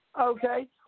Okay